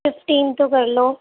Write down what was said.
fifteen two کرلو